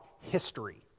history